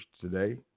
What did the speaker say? today